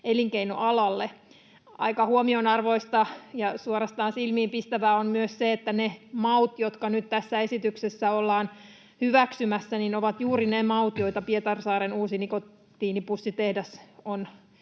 elinkeinoalalle. Aika huomionarvoista ja suorastaan silmiinpistävää on myös se, että ne maut, jotka nyt tässä esityksessä ollaan hyväksymässä, ovat juuri ne maut, joita Pietarsaaren uusi nikotiinipussitehdas